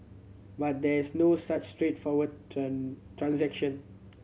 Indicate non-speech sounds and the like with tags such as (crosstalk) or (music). but there's no such straightforward (unintelligible) transaction